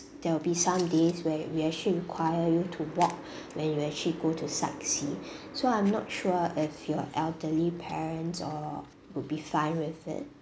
there will be some days where we actually require you to walk when you actually go to sightsee so I'm not sure if your elderly parents uh would be fine with it